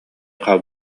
хаал